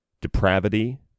depravity